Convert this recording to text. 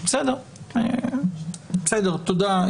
תודה,